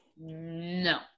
No